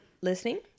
listening